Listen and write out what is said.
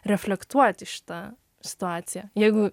reflektuoti šitą situaciją jeigu